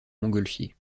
montgolfier